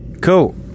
Cool